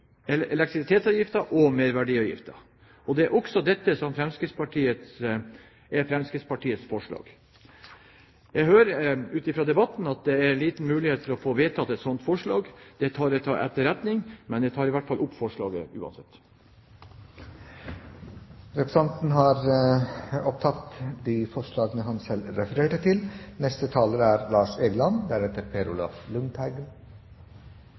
dvs. elektrisitetsavgiften og merverdiavgiften. Det er også det som er Fremskrittspartiets forslag. Jeg hører i debatten at det er liten mulighet for å få vedtatt et sånt forslag. Det tar jeg til etterretning, men jeg tar uansett opp forslaget. Representanten Kenneth Svendsen har tatt opp det forslaget han refererte til. De høye strømprisene i vinter viser at markedet ikke er